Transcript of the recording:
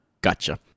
Gotcha